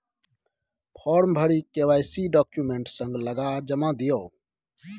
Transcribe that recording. farm भरि KYC document संग लगा जमा दियौ